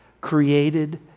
created